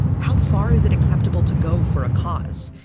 how far is it acceptable to go for a cause?